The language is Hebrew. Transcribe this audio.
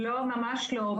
לא ממש לא,